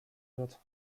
wird